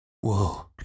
Whoa